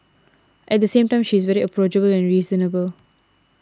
at the same time she is very approachable and reasonable